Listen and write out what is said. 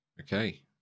Okay